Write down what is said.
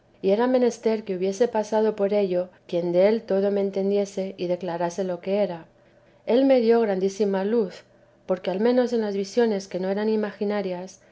y era menester que hubiese pasado por ello quien del todo me entendiese y declarase lo que era él me dio grandísima luz porque al menos en las visiones que no eran imaginarias